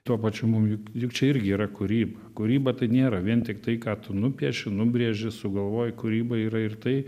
tuo pačiu mum juk juk čia irgi yra kūryba kūryba tai nėra vien tiktai ką tu nupieši nubrėži sugalvoji kūryba yra ir tai